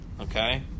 okay